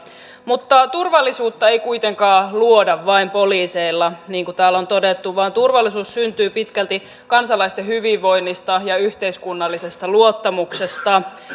mutta turvallisuutta ei kuitenkaan luoda vain poliiseilla niin kuin täällä on todettu vaan turvallisuus syntyy pitkälti kansalaisten hyvinvoinnista ja yhteiskunnallisesta luottamuksesta